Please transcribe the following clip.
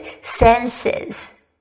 senses